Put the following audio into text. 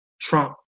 Trump